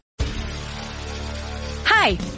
Hi